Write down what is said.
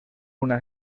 una